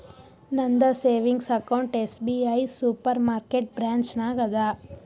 ನಂದ savings account SBI super market branch ನಾಗ್ ಅದಾ